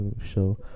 show